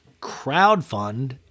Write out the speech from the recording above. crowdfund